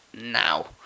now